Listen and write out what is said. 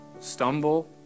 stumble